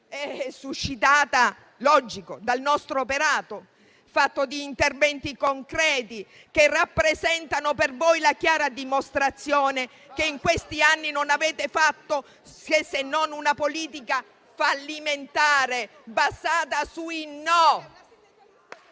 suscitata dal nostro operato, fatto di interventi concreti che rappresentano per voi la chiara dimostrazione che in questi anni non avete fatto altro se non una politica fallimentare, basata sui no.